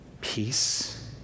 Peace